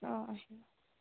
অঁ আহিব